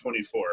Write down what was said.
24